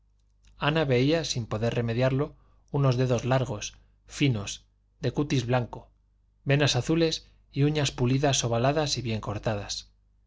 ana veía sin poder remediarlo unos dedos largos finos de cutis blanco venas azules y uñas pulidas ovaladas y bien cortadas